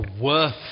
worth